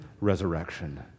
resurrection